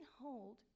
hold